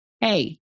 Hey